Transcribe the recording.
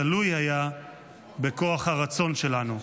תלוי היה בכוח הרצון שלנו.